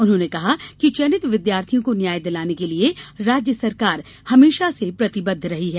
उन्होंने कहा कि चयनित विद्यार्थियों को न्याय दिलाने के लिए राज्य सरकार हमेशा से प्रतिबद्ध रही है